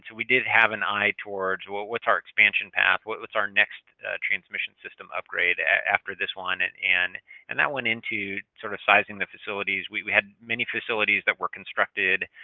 so we did have an eye towards well, what's our expansion path? what's our next transmission system upgrade after this one? and and that went into sort of sizing the facilities. we had many facilities that were constructed